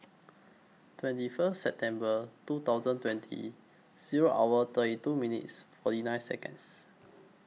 twenty First September two thousand twenty Zero hour thirty two minutes forty nine Seconds